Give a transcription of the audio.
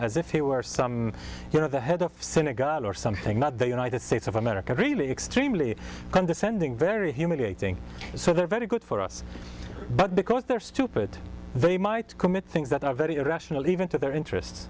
as if he were some of the head of senegal or something not the united states of america really extremely condescending very humiliating so they're very good for us but because they're stupid they might commit things that are very irrational even to their interest